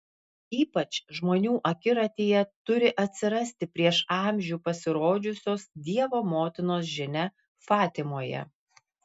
ypač žmonių akiratyje turi atsirasti prieš amžių pasirodžiusios dievo motinos žinia fatimoje